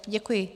Děkuji.